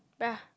bre